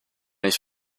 ich